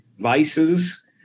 vices